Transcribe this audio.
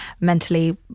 mentally